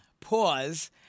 pause